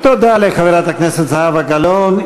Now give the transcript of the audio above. תודה רבה לחברת הכנסת זהבה גלאון.